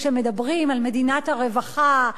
שכשמדברים על מדינת הרווחה,